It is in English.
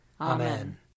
Amen